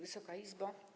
Wysoka Izbo!